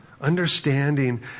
Understanding